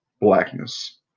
blackness